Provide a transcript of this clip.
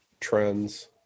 trends